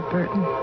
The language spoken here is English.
Burton